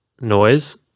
noise